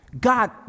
God